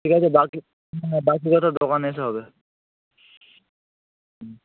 ঠিক আছে বাকি বাকি কথা দোকানে এসে হবে হুম